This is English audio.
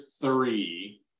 three